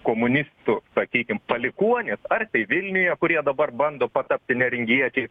komunistų sakykim palikuonys ar tai vilniuje kurie dabar bando patapti neringiečiais